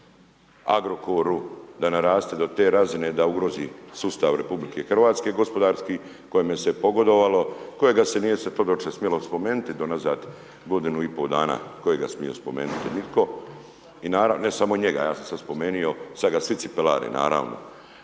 da naraste to te razine da ugrozi sustav RH, gospodarski kojemu se pogodovalo, kojega se uopće nije smjelo spomenuti do unazad godinu i pol dana, tko ga je smio spomenuti, nitko, i ne samo njega, ja sam sad spomenuo, sad ga svi cipelare, naravno.